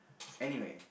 anyway